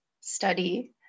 study